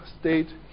state